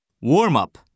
Warm-up